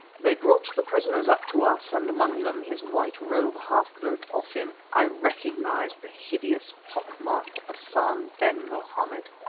they brought the prisoners up to us, and among them, his white robe half-burnt off him, i recognised the hideous pock-marked hassan-ben-mohammed.